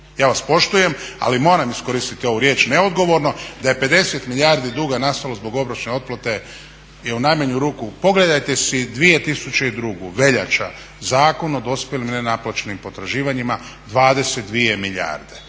ja vas poštujem, ali moram iskoristiti ovu riječ neodgovorno da je 50 milijardi duga nastalo zbog obročne otplate je u najmanju ruku. Pogledajte si 2002. veljača, Zakon o dospjelim nenaplaćenim potraživanjima 22 milijarde.